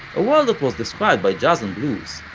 a world that was described by jazz and blues,